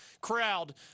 crowd